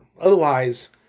Otherwise